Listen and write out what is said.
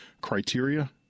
criteria